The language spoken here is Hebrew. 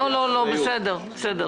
בסדר.